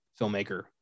filmmaker